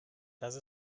dass